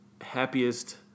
happiest